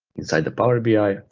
inside the power bi. ah